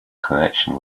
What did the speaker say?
connection